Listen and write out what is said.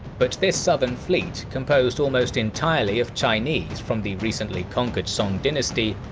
but this southern fleet, composed almost entirely of chinese from the recently conquered song dynasty,